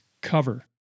cover